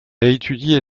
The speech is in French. étudier